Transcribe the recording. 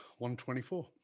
124